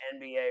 NBA